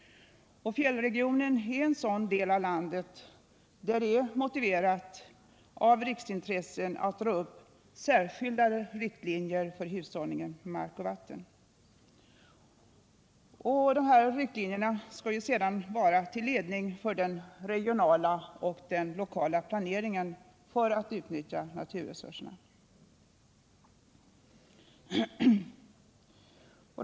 Fjällregionen är en sådan del av landet där det är motiverat av riksintressen att dra upp särskilda riktlinjer för hushållningen med mark och vatten. Dessa riktlinjer skall sedan vara till ledning för den regionala och den lokala planeringen för att utnyttja naturresurserna.